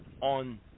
on